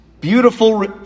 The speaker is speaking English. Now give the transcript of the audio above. beautiful